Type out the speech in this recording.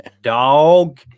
dog